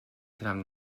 tram